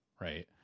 right